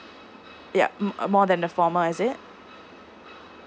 yup m~ uh more than a formal is it